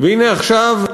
והנה עכשיו,